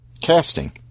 Casting